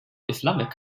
islamic